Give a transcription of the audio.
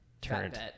turned